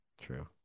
True